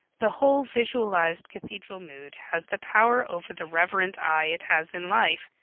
the whole visualized cathedral mood has the power over the reverent eye it has in life,